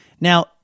Now